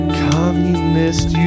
communist